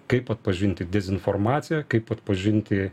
kaip atpažinti dezinformaciją kaip atpažinti